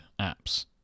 apps